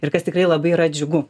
ir kas tikrai labai yra džiugu